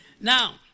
Now